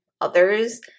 others